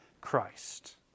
Christ